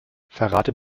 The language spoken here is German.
verrate